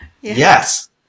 yes